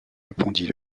répondit